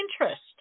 interest